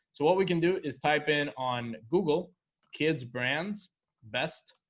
so what we can do is type in on google kids brands best